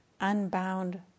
unbound